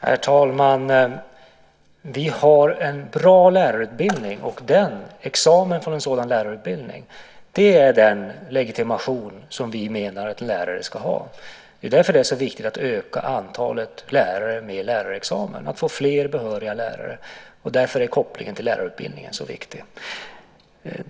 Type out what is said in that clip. Herr talman! Vi har en bra lärarutbildning, och examen från en sådan lärarutbildning är den legitimation som vi menar att en lärare ska ha. Det är därför det är så viktigt att öka antalet lärare med lärarexamen, att få fler behöriga lärare. Därför är kopplingen till lärarutbildningen så viktig.